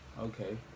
Okay